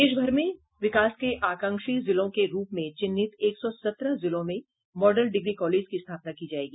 देश भर में विकास के आकांक्षी जिलों के रूप में चिन्हित एक सौ सत्रह जिलों में मॉडल डिग्री कॉलेज की स्थापना की जायेगी